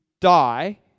die